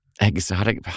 Exotic